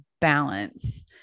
balance